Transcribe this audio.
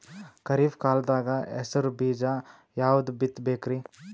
ಖರೀಪ್ ಕಾಲದಾಗ ಹೆಸರು ಬೀಜ ಯಾವದು ಬಿತ್ ಬೇಕರಿ?